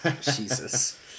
Jesus